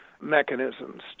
mechanisms